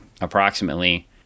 approximately